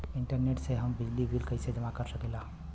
Internet से हम बिजली बिल कइसे जमा कर सकी ला?